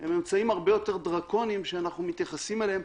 הם הרבה יותר דרקוניים שאנחנו מתייחסים אליהם